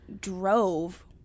drove